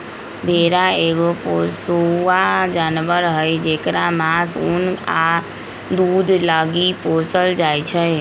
भेड़ा एगो पोसुआ जानवर हई जेकरा मास, उन आ दूध लागी पोसल जाइ छै